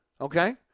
Okay